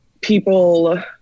people